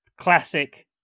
classic